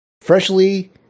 freshly